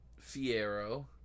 Fiero